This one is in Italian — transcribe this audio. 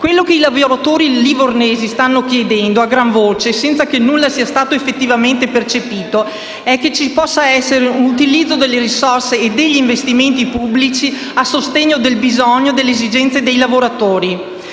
Quello che i lavoratori livornesi stanno chiedendo a gran voce, senza che nulla sia stato effettivamente percepito, è che ci possa essere un utilizzo delle risorse e degli investimenti pubblici a sostegno dei bisogni e delle esigenze dei lavoratori;